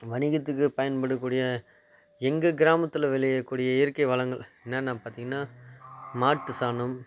வணிகத்துக்கு பயன்படக்கூடிய எங்கள் கிராமத்தில் விளையக்கூடிய இயற்கை வளங்கள் என்னென்னா பார்த்திங்கன்னா மாட்டு சாணம்